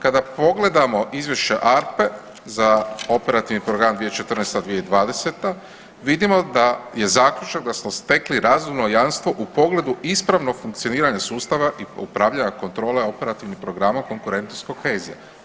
Kada pogledamo izvješća ARPA-e za operativni program 2014.-2020. vidimo da je zaključak da smo stekli razumno jamstvo u pogledu ispravnog funkcioniranja sustava i upravljanja kontrole Operativnih programa konkurentnosti i kohezije.